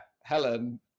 Helen